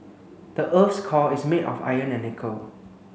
the earth's core is made of iron and nickel